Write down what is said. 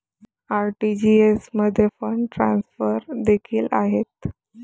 RTGS मध्ये fund transfer देखील आहेत